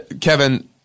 Kevin